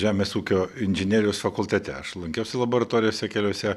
žemės ūkio inžinerijos fakultete aš lankiausi laboratorijose keliose